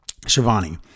Shivani